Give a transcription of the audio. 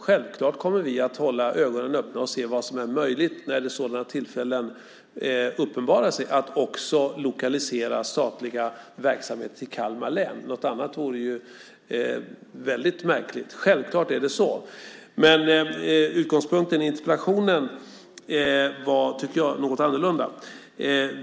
Självfallet kommer vi att hålla ögonen öppna och se vad som är möjligt när sådana tillfällen uppenbarar sig för att också lokalisera statliga verksamheter till Kalmar län. Något annat vore märkligt. Självfallet är det så. Men utgångspunkten i interpellationen var något annorlunda, tycker jag.